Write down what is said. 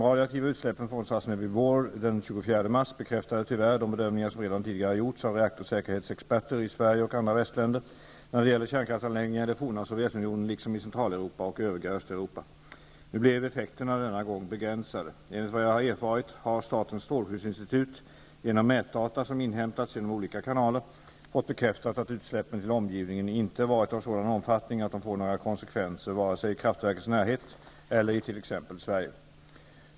mars bekräftade tyvärr de bedömningar som redan tidigare gjorts av reaktorsäkerhetsexperter i Sverige och andra västländer när det gäller kärnkraftanläggningar i det forna Sovjetunionen liksom i Centraleuropa och övriga Östeuropa. Nu blev effekterna denna gång begränsade. Enligt vad jag har erfarit har statens strålskyddsinstitut genom mätdata som inhämtats genom olika kanaler fått bekräftat att utsläppen till omgivningen inte varit av sådan omfattning att de får några konsekvenser vare sig i kraftverkets närhet eller i t.ex. Sverige.